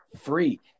free